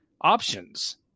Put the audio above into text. options